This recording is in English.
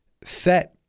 set